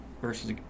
versus